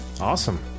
Awesome